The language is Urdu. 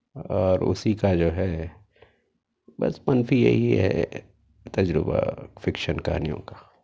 اور اسی کا جو ہے بس منفی یہی ہے تجربہ فکشن کہانیوں کا